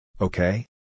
okay